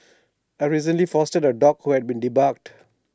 I recently fostered A dog who had been debarked